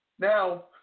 Now